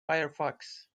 firefox